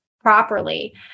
properly